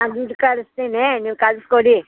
ನಾನು ದುಡ್ಡು ಕಳಿಸ್ತೀನಿ ನೀವು ಕಳ್ಸಿಕೊಡಿ